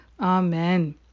amen